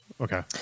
Okay